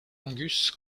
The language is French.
angus